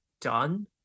done